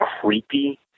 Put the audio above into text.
creepy